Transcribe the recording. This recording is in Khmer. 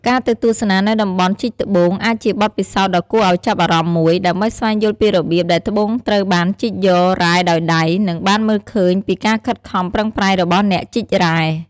ការទៅទស្សនានៅតំបន់ជីកត្បូងអាចជាបទពិសោធន៍ដ៏គួរឱ្យចាប់អារម្មណ៍មួយ ដើម្បីស្វែងយល់ពីរបៀបដែលត្បូងត្រូវបានជីកយករ៉ែដោយដៃ និងបានមើលឃើញពីការខិតខំប្រឹងប្រែងរបស់អ្នកជីករ៉ែ។